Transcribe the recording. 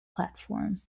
platform